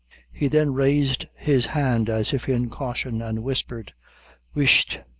he then raised his hand, as if in caution, and whispered whisht!